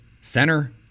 center